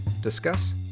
discuss